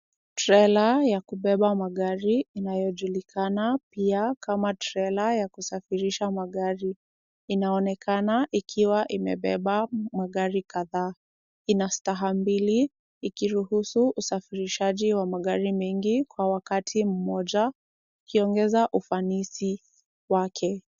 Trela ya kubeba magari inayojulikana pia kama trela ya kusafirisha magari inaonekana ikiwa imebeba magari kadhaa. Ina staha mbili ikiruhusu usafirishaji wa magari mengi kwa wakati mmoja ikiongeza ufanisi wake.